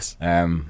Yes